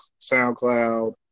SoundCloud